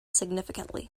significantly